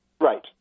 Right